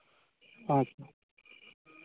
ᱟᱪᱪᱷᱟ